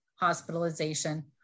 hospitalization